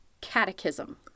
Catechism